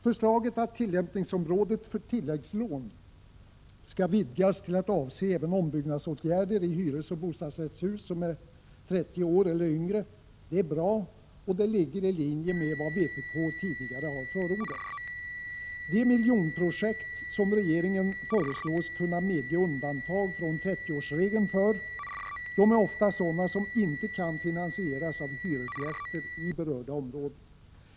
Förslaget att tillämpningsområdet för tilläggslån skall vidgas till att avse även ombyggnadsåtgärder i hyresoch bostadsrättshus som är 30 år eller yngre är bra och ligger i linje med vad vpk tidigare förordat. De miljonprojekt för vilka regeringen föreslås kunna medge undantag från 30-årsregeln är ofta sådana som inte kan finansieras av hyresgäster i berörda områden.